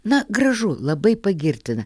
na gražu labai pagirtina